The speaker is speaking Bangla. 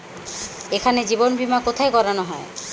এখানে জীবন বীমা কোথায় করানো হয়?